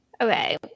Okay